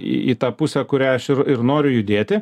į tą pusę kurią aš ir ir noriu judėti